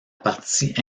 partie